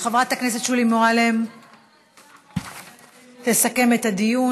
חברת הכנסת שולי מועלם תסכם את הדיון.